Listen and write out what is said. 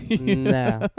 no